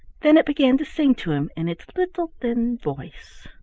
then it began to sing to him in its little thin voice